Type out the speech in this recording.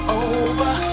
over